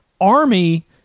Army